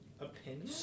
opinion